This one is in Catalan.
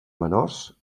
menors